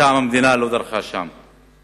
מטעם המדינה לא דרכה בהם.